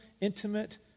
intimate